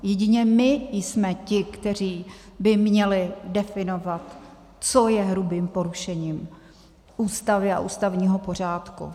Jedině my jsme ti, kteří by měli definovat, co je hrubým porušením Ústavy a ústavního pořádku.